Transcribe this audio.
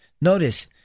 Notice